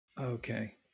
Okay